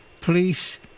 police